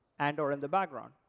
and or in the background?